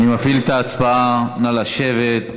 מפעיל את ההצבעה, נא לשבת,